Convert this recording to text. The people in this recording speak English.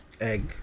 Egg